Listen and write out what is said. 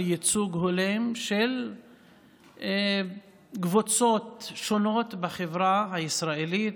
ייצוג הולם של קבוצות שונות בחברה הישראלית,